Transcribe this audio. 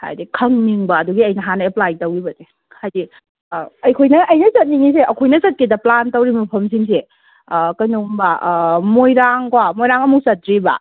ꯍꯥꯏꯗꯤ ꯈꯪꯅꯤꯡꯕ ꯑꯗꯨꯒꯤ ꯑꯩꯅ ꯍꯥꯟꯅ ꯑꯩꯄ꯭ꯂꯥꯏ ꯇꯧꯈꯤꯕꯅꯦ ꯍꯥꯏꯗꯤ ꯑꯩꯈꯣꯏꯅ ꯑꯩꯅ ꯆꯠꯅꯤꯡꯉꯤꯁꯦ ꯑꯩꯈꯣꯏꯅ ꯆꯠꯀꯦꯗꯅ ꯄ꯭ꯂꯥꯟ ꯇꯧꯔꯤ ꯃꯐꯝꯁꯤꯡꯁꯦ ꯀꯩꯅꯣꯒꯨꯝꯕ ꯃꯣꯏꯔꯥꯡꯀꯣ ꯃꯣꯏꯔꯥꯡ ꯑꯃꯨꯛꯐꯥꯎ ꯆꯠꯇ꯭ꯔꯤꯕ